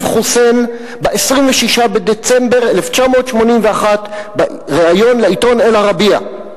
חוסיין ב-26 בדצמבר 1981 בריאיון לעיתון "אל-ערבייה":